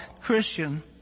Christian